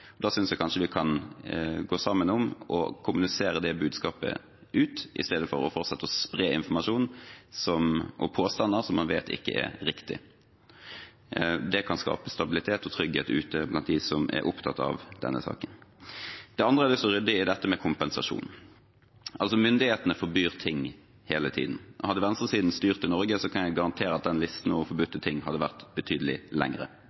da synes jeg kanskje vi kan gå sammen om å kommunisere det budskapet ut – i stedet for å fortsette å spre informasjon og påstander som man vet ikke er riktige. Det kan skape stabilitet og trygghet ute blant dem som er opptatt av denne saken. Det andre jeg har lyst til å rydde i, er dette med kompensasjon. Myndighetene forbyr ting hele tiden. Hadde venstresiden styrt i Norge, kan jeg garantere at den listen over forbudte ting hadde vært betydelig lengre.